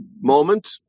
moment